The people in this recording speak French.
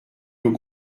nos